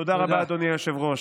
תודה רבה, אדוני היושב-ראש.